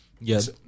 Yes